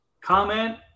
comment